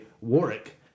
Warwick